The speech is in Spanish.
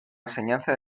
enseñanza